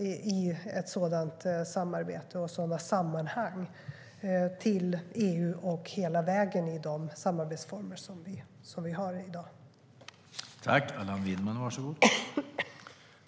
i ett sådant samarbete och sådana sammanhang till EU och hela vägen i de samarbetsformer som vi har i dag.